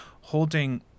holding